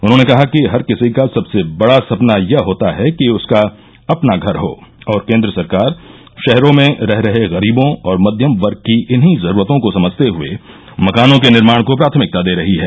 उन्होंने कहा कि हर किसी का सबसे बड़ा सपना यह होता है कि उसका अपना घर हो और केन्द्र सरकार शहरों में रह रहे गरीबों और मध्यम वर्ग की इन्हीं जरूरतों को समझते हुए मकानों के निर्माण को प्राथमिकता दे रही है